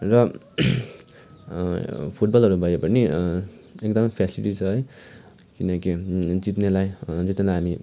र फुटबलहरू भयो पनि एकदमै फेसिलिटी छ है किनकि जित्नेलाई जित्नेलाई हामी